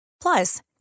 Plus